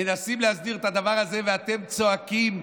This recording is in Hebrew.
מנסים להסדיר את הדבר הזה, ואתם צועקים.